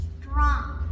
strong